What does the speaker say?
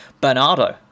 Bernardo